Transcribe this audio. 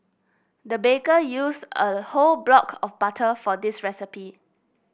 the baker used a whole block of butter for this recipe